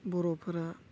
बर'फोरा